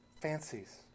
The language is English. fancies